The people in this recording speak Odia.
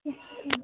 ହୁଁ